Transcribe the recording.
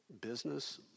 business